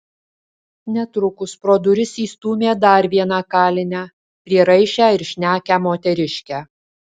netrukus pro duris įstūmė dar vieną kalinę prieraišią ir šnekią moteriškę